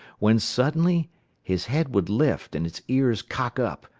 when suddenly his head would lift and his ears cock up,